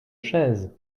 chaises